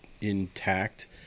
intact